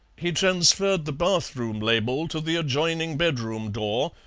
he transferred the bathroom label to the adjoining bedroom door,